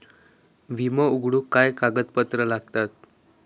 विमो उघडूक काय काय कागदपत्र लागतत?